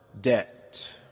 debt